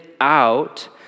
out